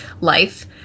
life